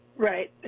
Right